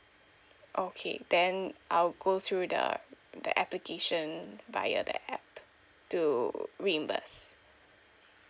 okay then I'll go through the the application via the app to reimburse